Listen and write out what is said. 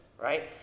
Right